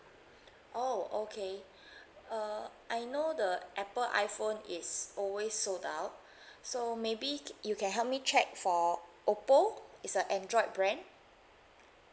oh okay uh I know the apple iphone is always sold out so maybe c~ you can help me check for oppo it's a android brand